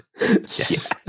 Yes